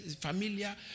familiar